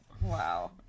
Wow